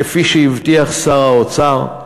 כפי שהבטיח שר האוצר,